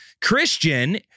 Christian